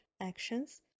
actions